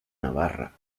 navarra